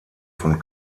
von